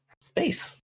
space